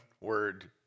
word